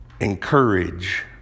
encourage